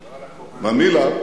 ממילא,